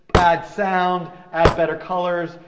add sound, add better colors,